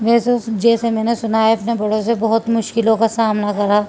ویسے جیسے میں نے سنا ہے اپنے بڑوں سے بہت مشکلوں کا سامنا کرا